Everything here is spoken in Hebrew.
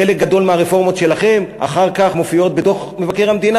חלק גדול מהרפורמות שלכם אחר כך מופיעות בדוח מבקר המדינה,